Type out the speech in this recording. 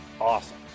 awesome